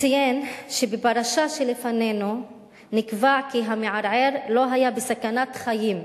ציין שבפרשה שלפנינו נקבע כי המערער לא היה בסכנת חיים,